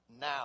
Now